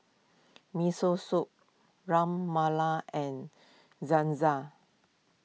Miso Soup Ras Malai and